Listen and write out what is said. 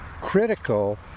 critical